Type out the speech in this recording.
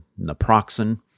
naproxen